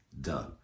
done